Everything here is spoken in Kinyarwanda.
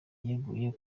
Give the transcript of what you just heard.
yeguye